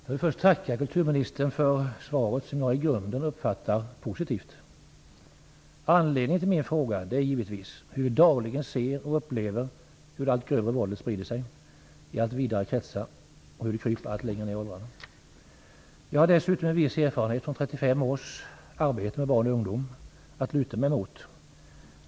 Fru talman! Jag vill först tacka kulturministern för svaret som jag i grunden uppfattar som positivt. Anledningen till min fråga är givetvis att vi dagligen ser och upplever att ett allt grövre våld sprider sig i allt vidare kretsar och att det kryper allt längre ner i åldrarna. Jag har dessutom en viss erfarenhet från 35 års arbete med barn och ungdom att luta mig emot.